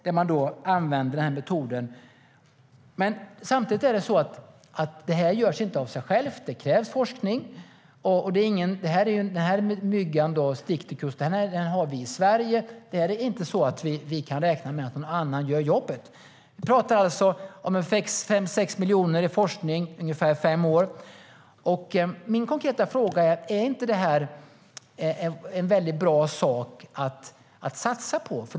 Där använder man den här metoden. Men samtidigt är det så att det här inte görs av sig självt. Det krävs forskning. Den här myggan, sticticus, har vi i Sverige. Vi kan inte räkna med att någon annan gör jobbet. Vi pratar alltså om 5-6 miljoner i forskning i ungefär fem år. Min konkreta fråga är: Är inte detta en väldigt bra sak att satsa på?